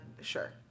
Sure